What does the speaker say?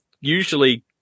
usually